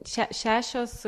še šešios